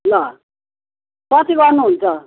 ल कति गर्नु हुन्छ